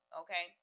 okay